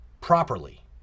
properly